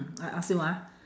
I ask you ah